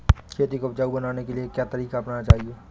खेती को उपजाऊ बनाने के लिए क्या तरीका अपनाना चाहिए?